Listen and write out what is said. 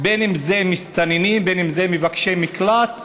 בין שזה מסתננים ובין שזה מבקשי מקלט,